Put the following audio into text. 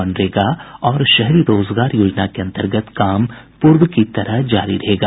मनरेगा और शहरी रोजगार योजना के अन्तर्गत काम पूर्व की तरह जारी रहेगा